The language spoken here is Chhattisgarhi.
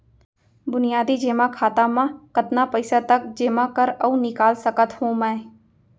बुनियादी जेमा खाता म कतना पइसा तक जेमा कर अऊ निकाल सकत हो मैं?